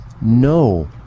no